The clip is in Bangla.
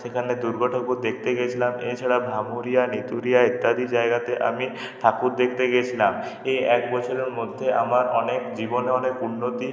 সেখানে দুর্গা ঠাকুর দেখতে গিয়েছিলাম এছাড়া ভামুরিয়া নিতুরিয়া ইত্যাদি জায়গাতে আমি ঠাকুর দেখতে গিয়েছিলাম এই এক বছরের মধ্যে আমার অনেক জীবনে অনেক উন্নতি